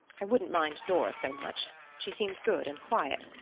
i wouldn't mind dora so much. she seems good and quiet.